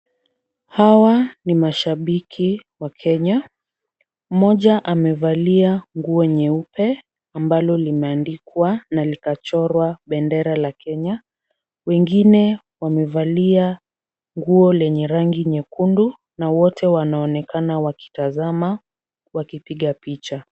Hawa ni mashabiki wa Kenya, mmoja amevalia nguo nyeupe ambalo limeandikwa na likachorwa bendera la Kenya. Wengine wamevalia nguo lenye rangi nyekundu na wote wanaonekana wakitazama wakipiga picha.